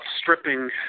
stripping